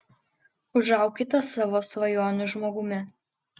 užaukite savo svajonių žmogumi